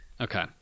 Okay